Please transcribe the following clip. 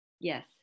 Yes